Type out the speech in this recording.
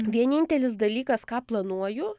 vienintelis dalykas ką planuoju